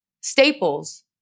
staples